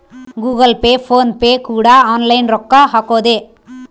Google Pay PhonePe ಕೂಡ online ರೊಕ್ಕ ಹಕೊದೆ